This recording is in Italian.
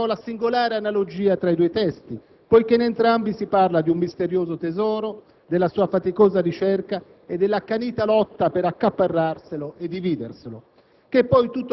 Resta però la singolare analogia tra i due testi, considerato che in entrambi si parla di un misterioso tesoro, della sua faticosa ricerca e dell'accanita lotta per accaparrarselo e dividerselo.